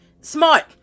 Smart